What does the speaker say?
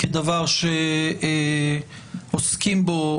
כדבר שעוסקים בו